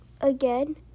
again